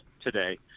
today